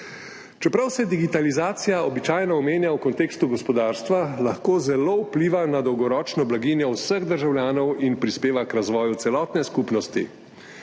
Čeprav se digitalizacija običajno omenja v kontekstu gospodarstva, lahko zelo vpliva na dolgoročno blaginjo vseh državljanov in prispeva k razvoju celotne skupnosti.